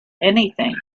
anything